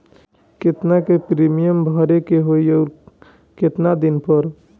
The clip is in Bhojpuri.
केतना के प्रीमियम भरे के होई और आऊर केतना दिन पर?